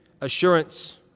assurance